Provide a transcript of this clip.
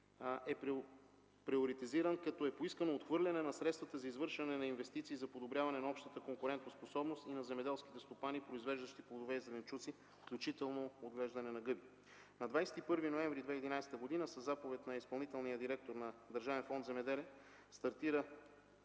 е приоритизирано, като е поискано отхвърляне на средствата за извършване на инвестиции за подобряване на общата конкурентоспособност и на земеделските стопани, произвеждащи плодове и зеленчуци, включително отглеждане на гъби. На 21 ноември 2011 г. със заповед на изпълнителния директор на Държавен фонд „Земеделие” стартира